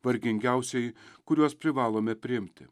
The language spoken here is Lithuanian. vargingiausieji kuriuos privalome priimti